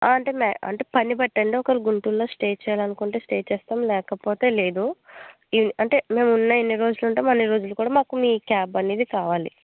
అంటే మే అంటే పని బట్టి అండి ఒకవేళ గుంటూరులో స్టే చేయాలి అనుకుంటే చేస్తాము లేకపోతే లేదు అంటే మేము ఉన్న ఎన్ని రోజులు ఉంటామో అన్ని రోజులు కూడా మీ క్యాబ్ అనేది కావాలి